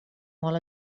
molt